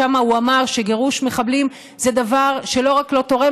ושם הוא אמר שגירוש מחבלים זה דבר שלא רק לא תורם